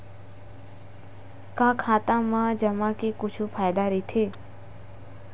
का खाता मा जमा के कुछु फ़ायदा राइथे?